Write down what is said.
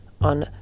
on